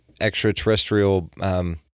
extraterrestrial